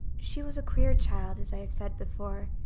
she was a queer child, as i have said before,